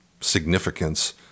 significance